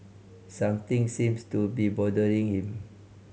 something seems to be bothering him